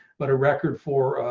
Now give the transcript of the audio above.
but a record for